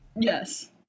Yes